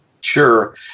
Sure